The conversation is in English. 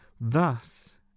thus